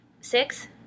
Six